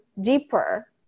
deeper